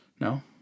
no